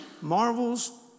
marvels